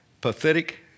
Pathetic